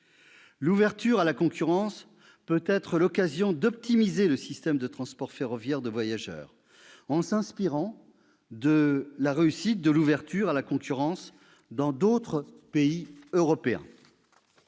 L'ouverture à la concurrence peut être l'occasion d'optimiser le système de transport ferroviaire de voyageurs en s'inspirant de la réussite d'une telle réforme dans d'autres pays européens.